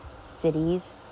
cities